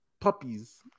puppies